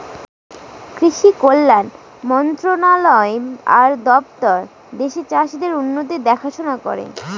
কৃষি কল্যাণ মন্ত্রণালয় আর দপ্তর দেশের চাষীদের উন্নতির দেখাশোনা করে